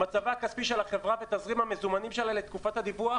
מצבה הכספי של החברה ותזרים המזומנים שלה לתקופת הדיווח